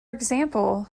example